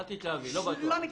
אני אומר